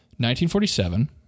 1947